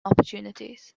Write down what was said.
opportunities